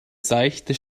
seichte